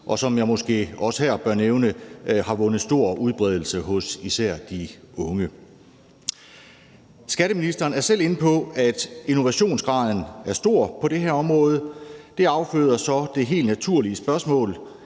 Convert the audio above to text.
og som jeg måske også her bør nævne har vundet stor udbredelse hos især de unge. Skatteministeren er selv inde på, at innovationsgraden er stor på det her område. Det afføder så det helt naturlige spørgsmål: